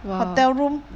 !wah!